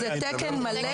זה תקן מלא